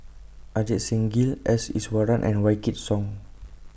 Ajit Singh Gill S Iswaran and Wykidd Song